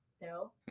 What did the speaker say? No